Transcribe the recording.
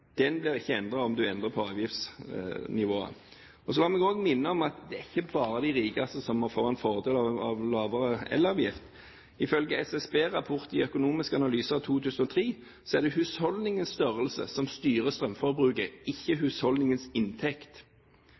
den blir ikke endret om du endrer på avgiftsnivået. La meg også minne om at det er ikke bare de rikeste som må få en fordel av lavere elavgift. Ifølge SSB-rapporten «Økonomiske analyser 5/2003» er det husholdningens størrelse som styrer strømforbruket, ikke husholdningens inntekt.